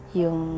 yung